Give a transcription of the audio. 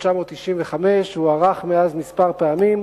תוקפו הוארך מאז כמה פעמים,